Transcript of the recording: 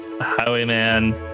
Highwayman